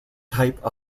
type